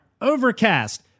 Overcast